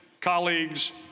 colleagues